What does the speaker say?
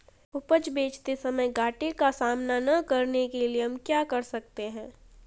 उपज बेचते समय घाटे का सामना न करने के लिए हम क्या कर सकते हैं?